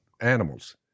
animals